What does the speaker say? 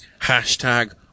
hashtag